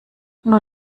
nur